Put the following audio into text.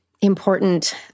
important